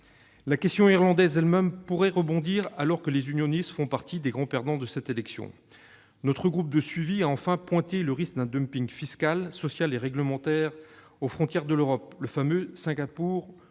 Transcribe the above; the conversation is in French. La question irlandaise elle-même pourrait rebondir, alors que les unionistes font partie des grands perdants de cette élection. Notre groupe de suivi a enfin pointé le risque d'un dumping fiscal, social et réglementaire aux frontières de l'Europe, avec le fameux « Singapour sur